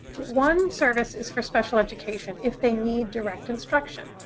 one service is for special education if they need direct instruction.